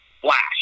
flash